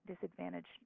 disadvantaged